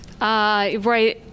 Right